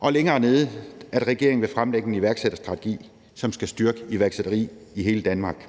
og længere nede står der, at regeringen vil fremlægge en iværksætterstrategi, som skal styrke iværksætteri i hele Danmark.